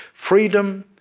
freedom,